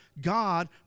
God